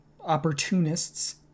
opportunists